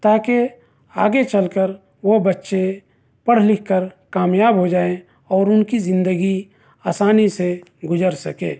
تاکہ آگے چل کر وہ بچے پڑھ لکھ کر کامیاب ہو جائیں اور اُن کی زندگی آسانی سے گُزر سکے